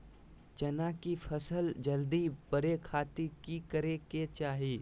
चना की फसल जल्दी बड़े खातिर की करे के चाही?